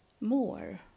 more